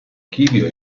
archivio